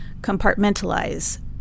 compartmentalize